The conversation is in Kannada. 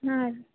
ಹಾಂ ರೀ